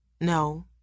No